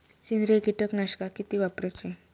सेंद्रिय कीटकनाशका किती वापरूची?